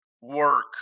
work